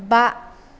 बा